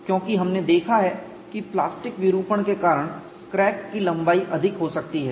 क्योंकि हमने देखा है कि प्लास्टिक विरूपण के कारण क्रैक की लंबाई अधिक हो सकती है